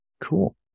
Cool